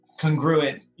congruent